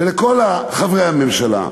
ולכל חברי הממשלה: